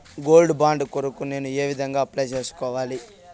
Gold bond కొరకు నేను ఏ విధంగా అప్లై సేసుకోవాలి?